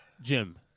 Jim